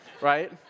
Right